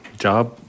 job